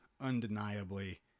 undeniably